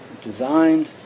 designed